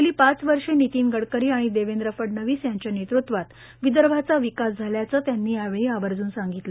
गेली पाच वर्षे नितीन गडकरी आणि देवेंद्र फडणवीस यांच्या नेतृत्वात विदर्भाचा विकास झाल्याचं त्यांनी यावेळी आवर्जून सांगितलं